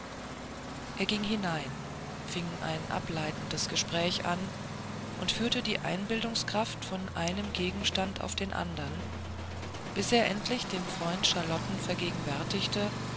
er ging hinein fing ein ableitendes gespräch an und führte die einbildungskraft von einem gegenstand auf den andern bis er endlich den freund charlotten vergegenwärtigte